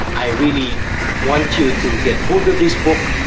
i really want you to get hold of this book.